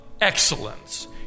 excellence